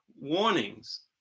Warnings